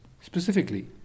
specifically